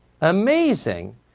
Amazing